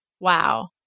Wow